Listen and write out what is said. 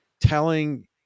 telling